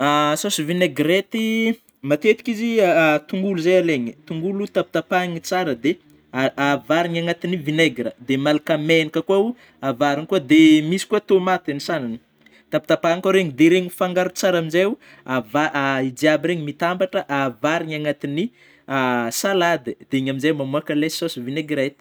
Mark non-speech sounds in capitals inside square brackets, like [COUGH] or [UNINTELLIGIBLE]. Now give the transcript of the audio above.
[HESITATION] Saôsy vinaigrety matetiky, izy [HESITATION] tongolo zay alainy, tongolo tapatapahana tsara de [HESITATION] avarina agnation'io vinaigre de malaka menaka kôa ao avarigny koa de misy koa tômaty [UNINTELLIGIBLE] tapatapahana koa regny, dia regny mifangaro tsara amin'izay oh, avari- [HESITATION] io jiaby reo mitambatra avarina agnatin'ny [HESITATION] salady de iny amin'izay mamôaka ilay saosy vinaigirety.